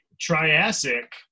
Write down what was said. Triassic